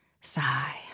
Sigh